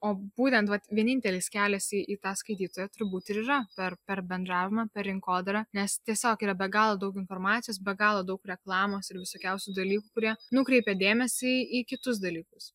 o būtent vat vienintelis keliasi į tą skaitytoją turbūt ir yra ar per bendravimą per rinkodarą nes tiesiog yra be galo daug informacijos be galo daug reklamos ir visokiausių dalykų kurie nukreipia dėmesį į kitus dalykus